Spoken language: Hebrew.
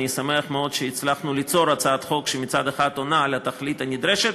אני שמח מאוד שהצלחנו ליצור הצעת חוק שמצד אחד עונה על התכלית הנדרשת,